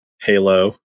Halo